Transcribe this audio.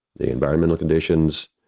the environmental conditions,